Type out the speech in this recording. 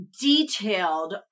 detailed